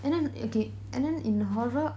and then okay and then in horror